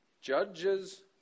Judges